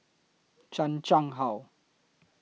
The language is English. Chan Chang How